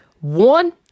One